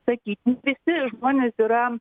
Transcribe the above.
sakyti visi žmonės yra